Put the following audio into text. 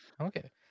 okay